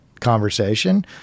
conversation